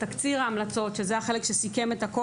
בתקציר ההמלצות שזהו החלק המתכלל,